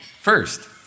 First